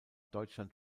deutschland